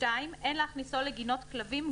(2)אין להכניסו לגינות כלבים,